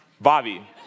Bobby